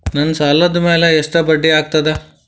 ನನ್ನ ಸಾಲದ್ ಮ್ಯಾಲೆ ಎಷ್ಟ ಬಡ್ಡಿ ಆಗ್ತದ?